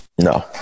No